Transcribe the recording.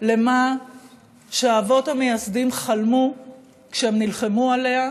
למה שהאבות המייסדים חלמו כשהם נלחמו עליה,